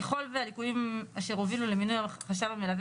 ככל והליקויים אשר הובילו למינוי החשב המלווה